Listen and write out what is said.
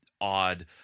odd